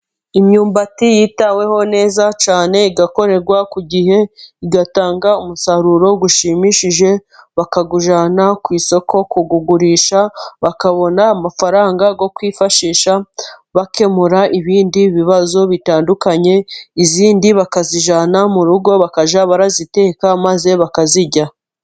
Imyumbati yitaweho neza cyane， igakorerwa ku gihe igatanga umusaruro ushimishije， bakawujyana ku isoko kuwugurisha，bakabona amafaranga yo kwifashisha， bakemura ibindi bibazo bitandukanye， izindi bakazijyana mu rugo， bakajya baraziteka maze bakazirya.